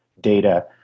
data